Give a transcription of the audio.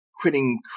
quitting